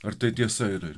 ar tai tiesa yra